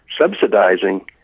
subsidizing